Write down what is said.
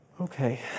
Okay